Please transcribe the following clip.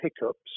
hiccups